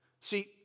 See